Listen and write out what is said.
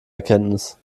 erkenntnis